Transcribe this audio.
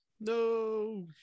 no